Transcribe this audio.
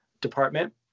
department